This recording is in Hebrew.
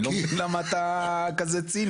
אני לא מבין למה אתה כזה ציני.